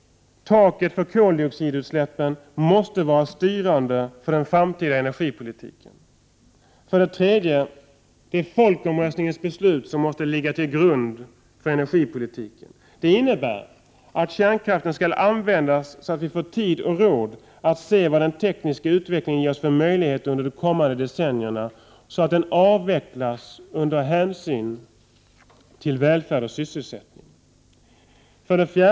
Taket för koldioxidutsläppen måste vara styrande för den framtida energipolitiken. 3. Folkomröstningens beslut måste ligga till grund för energipolitiken. Det innebär att kärnkraften skall användas så att vi får tid och råd att se vad den tekniska utvecklingen ger oss för möjligheter under de kommande decennierna, så att kärnkraften avvecklas under hänsyn till välfärd och sysselsättning. 4.